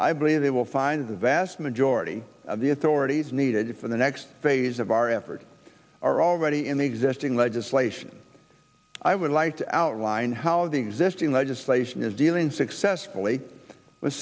i believe they will find the vast majority of the authorities needed for the next phase of our efforts are already in existing legislation i would like to outline how the existing legislation is dealing successfully